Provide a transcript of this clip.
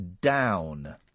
down